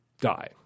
die